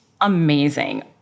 Amazing